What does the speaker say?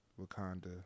wakanda